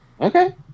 Okay